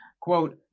Quote